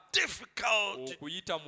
difficult